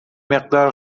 مقدار